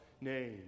name